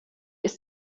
ist